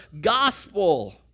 gospel